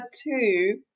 two